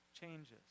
changes